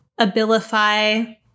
Abilify